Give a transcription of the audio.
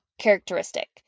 characteristic